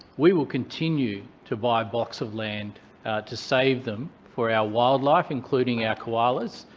we will continue to buy blocks of land to save them for our wildlife, including our koalas.